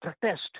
protest